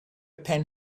pen